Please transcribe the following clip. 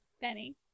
Benny